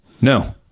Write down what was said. No